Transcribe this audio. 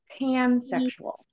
pansexual